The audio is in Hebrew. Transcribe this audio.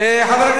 על מה?